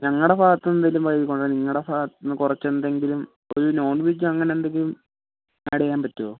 ഞങ്ങളുടെ ഭാഗത്തുനിന്ന് എന്തെങ്കിലും നിങ്ങളുടെ ഭാഗത്തുനിന്ന് കുറച്ച് എന്തെങ്കിലും ഒരു നോൺ വെജ് അങ്ങനെ എന്തെങ്കിലും ആഡ് ചെയ്യാൻ പറ്റുമോ